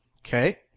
Okay